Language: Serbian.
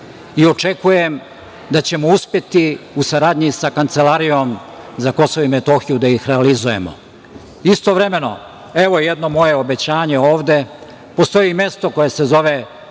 i očekujem da ćemo uspeti u saradnji sa Kancelarijom za Kosovo i Metohiju da ih realizujemo. Istovremeno, evo jedno moje obećanje ovde. Postoji mesto koje se zove